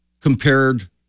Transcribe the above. compared